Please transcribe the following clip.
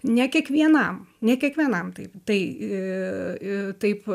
ne kiekvienam ne kiekvienam taip tai taip